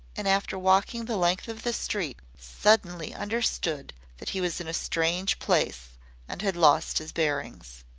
and after walking the length of the street, suddenly understood that he was in a strange place and had lost his bearings.